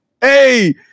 Hey